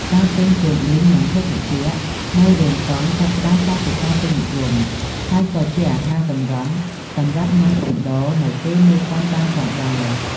ការទិញ ពោតលីង និងភេសជ្ជៈ នៅរោងកុនចាប់ផ្ដើមក្លាយជាការពេញនិយមហើយក៏ជាអាហារសម្រន់សម្រាប់ញាំកំដរនៅពេលមើលកុនបានផងដែរ។